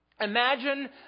Imagine